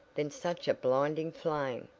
then such a blinding flame!